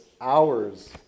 hours